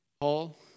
Paul